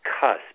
cusp